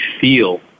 feel